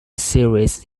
series